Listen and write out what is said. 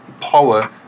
power